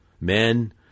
men